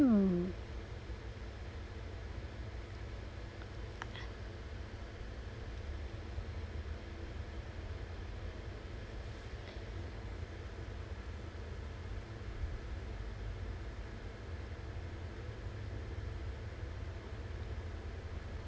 mm